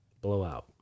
Blowout